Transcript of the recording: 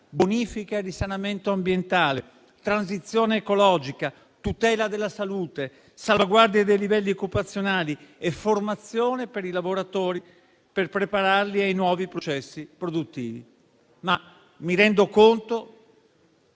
bonifica e risanamento ambientale, transizione ecologica, tutela della salute, salvaguardia dei livelli occupazionali e formazione dei lavoratori per prepararli ai nuovi processi produttivi. Mi rendo conto